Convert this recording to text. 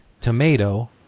tomato